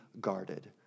guarded